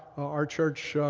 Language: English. our church